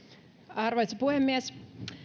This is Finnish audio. arvoisa puhemies